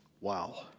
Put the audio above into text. Wow